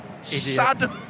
Sad